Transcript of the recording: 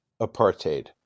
apartheid